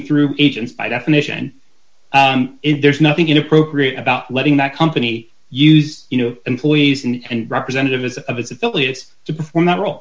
through agents by definition there's nothing inappropriate about letting that company use you know employees and representatives of its affiliates to perform that role